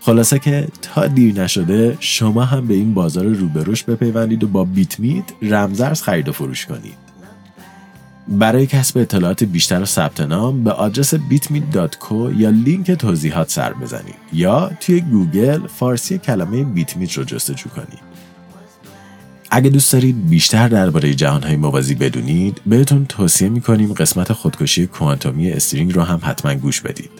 خلاصه که تا دیر نشده، شما هم به این بازار روبروش بپیوندید و با بیت میت رمزرز خرید و فروش کنید. برای کسب اطلاعات بیشتر و ثبت نام، به آدرس bitmeet.co یا لینک توضیحات سر بزنید. یا توی گوگل فارسی کلمه بیت میت رو جستجو کنید. اگه دوست دارید بیشتر درباره جهانهای موازی بدونید، بهتون توصیه می‌کنیم قسمت خودکشی کوانتومی استرینگ رو هم حتماً گوش بدید.